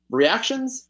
reactions